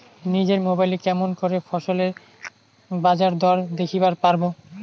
নিজের মোবাইলে কেমন করে ফসলের বাজারদর দেখিবার পারবো?